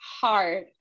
hard